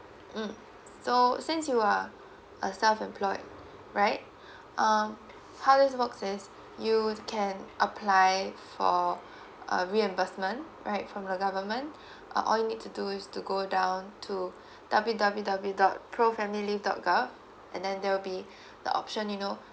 mm so since you are a self employed right um how this works is you can apply for a reimbursement right from the government uh all you need to do is to go down to W W W dot prof family dot gov and then there will be the option you know